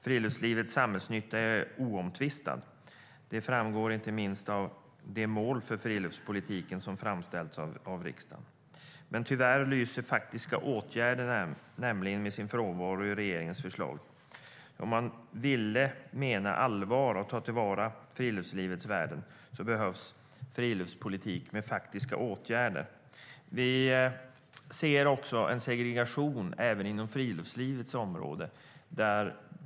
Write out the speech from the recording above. Friluftslivets samhällsnytta är oomtvistad. Det framgår inte minst av de mål för friluftspolitiken som sattes upp av riksdagen. Men tyvärr lyser faktiska åtgärder med sin frånvaro i regeringens förslag. Om man menar allvar med att ta till vara friluftslivets värden behövs friluftspolitik med faktiska åtgärder. Vi ser en segregation även inom friluftslivets område.